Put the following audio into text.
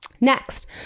Next